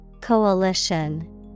Coalition